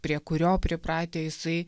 prie kurio pripratę jisai